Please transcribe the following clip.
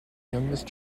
youngest